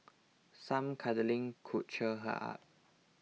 some cuddling could cheer her up